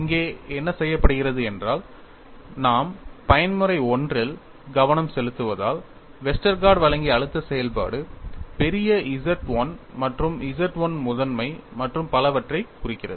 இங்கே என்ன செய்யப்படுகிறது என்றால் நாம் பயன்முறை I இல் கவனம் செலுத்துவதால் வெஸ்டர்கார்ட் வழங்கிய அழுத்த செயல்பாடு பெரிய Z 1 மற்றும் Z 1 முதன்மை மற்றும் பலவற்றைக் குறிக்கிறது